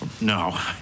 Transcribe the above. No